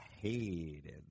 hated